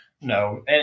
No